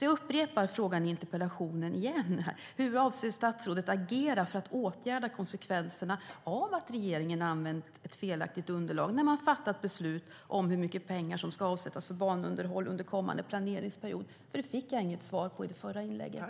Jag upprepar frågan i interpellationen: Hur avser statsrådet att agera för att åtgärda konsekvenserna av att regeringen använt ett felaktigt underlag när den fattat beslut om hur mycket pengar som ska avsättas för banunderhåll under kommande planeringsperiod? Det fick jag inget svar på i det förra inlägget.